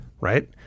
right